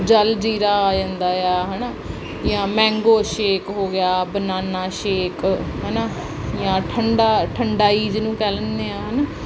ਜਲ ਜੀਰਾ ਆ ਜਾਂਦਾ ਆ ਹੈ ਨਾ ਜਾਂ ਮੈਂਗੋ ਸ਼ੇਕ ਹੋ ਗਿਆ ਬਨਾਨਾ ਸ਼ੇਕ ਹੈ ਨਾ ਜਾਂ ਠੰਡਾ ਠੰਡਾਈ ਜਿਹਨੂੰ ਕਹਿ ਲੈਂਦੇ ਆ ਹੈ ਨਾ